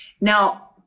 Now